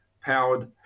powered